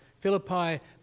Philippi